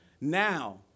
now